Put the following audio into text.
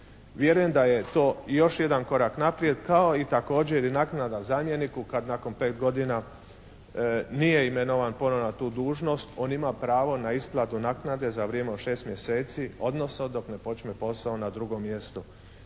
Vjerujem da je to još jedan korak naprijed, kao i također naknada zamjeniku kada nakon 5 godina nije imenovan ponovno na tu dužnost. On ima pravo na isplatu naknade za vrijeme od 6 mjeseci, odnosno dok ne počne posao na drugom mjestu.